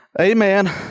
Amen